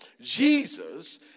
Jesus